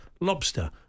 lobster